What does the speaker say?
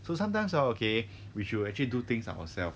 so sometimes ah okay we should actually do things ourselves